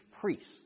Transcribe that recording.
priests